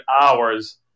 hours